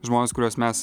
žmones kuriuos mes